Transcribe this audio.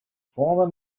former